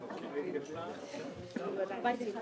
אפליה או אין אפליה,